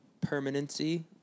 permanency